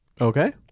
Okay